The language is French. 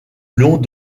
long